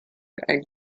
and